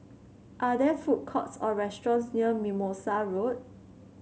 are there food courts or restaurants near Mimosa Road